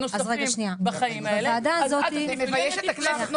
אז רגע שנייה -- זה מבייש את הכנסת,